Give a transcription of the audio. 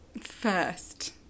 First